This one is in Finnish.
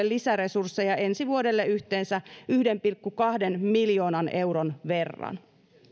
lisäresursseja ensi vuodelle yhteensä yhden pilkku kahden miljoonan euron verran